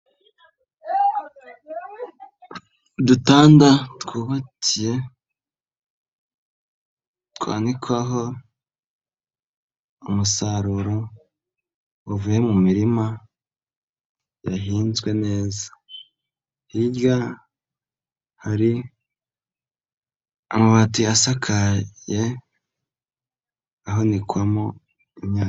Udutanda twubakiye twanikwaho umusaruro uvuye mu mirima yahinzwe neza. Hirya hari amabati asakaye ahahunikwamo imyaka.